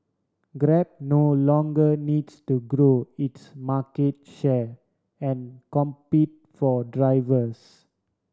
grab no longer needs to grow its market share and compete for drivers